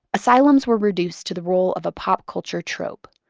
asylums were reduced to the role of a pop culture trope,